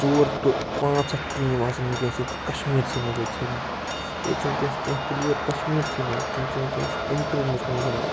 ژور ٹُہ پانٛژھ ہَتھ ٹیٖم آسَن وٕنۍکٮ۪نَس ییٚتہِ کشمیٖرسٕے منٛز یٲتۍ ییٚتہِ چھِ وٕنۍکٮ۪نَس کیٚنٛہہ پٕلیر کشمیٖرسٕے منٛز تِم چھِ وٕنۍکٮ۪نَس اِنٹرنیشنل گِنٛدان